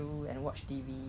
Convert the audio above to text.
oh